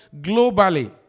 globally